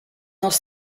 els